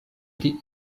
pri